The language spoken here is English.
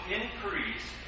increase